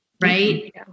right